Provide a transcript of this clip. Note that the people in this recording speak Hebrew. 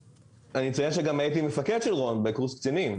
אני מציין שגם הייתי מפקד של רון בקורס קצינים.